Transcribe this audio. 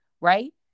right